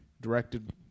Directed